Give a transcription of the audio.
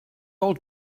old